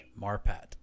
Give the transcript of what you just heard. marpat